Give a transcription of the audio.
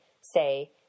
say